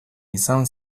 izan